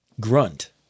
grunt